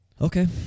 Okay